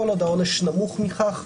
כל עוד העונש נמוך מכך,